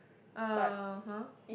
(uh huh)